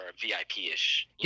VIP-ish